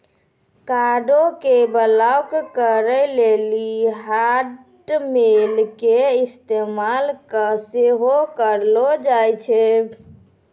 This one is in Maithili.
कार्डो के ब्लाक करे लेली हाटमेल के इस्तेमाल सेहो करलो जाय छै